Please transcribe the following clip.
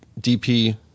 DP